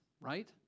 right